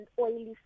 oily